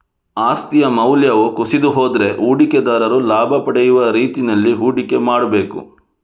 ಆಸ್ತಿಯ ಮೌಲ್ಯವು ಕುಸಿದು ಹೋದ್ರೆ ಹೂಡಿಕೆದಾರರು ಲಾಭ ಪಡೆಯುವ ರೀತಿನಲ್ಲಿ ಹೂಡಿಕೆ ಮಾಡ್ಬೇಕು